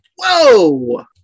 Whoa